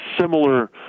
similar